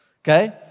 Okay